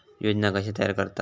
योजना कशे तयार करतात?